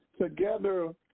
together